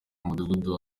umudugudu